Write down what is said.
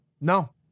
no